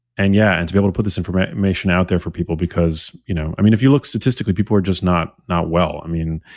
and yeah and to be able to put this information out there for people, because you know i mean, if you look statistically, people are just not not well. i mean,